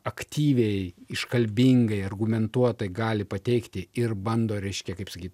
aktyviai iškalbingai argumentuotai gali pateikti ir bando reiškia kaip sakyt